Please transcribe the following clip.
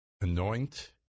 anoint